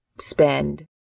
spend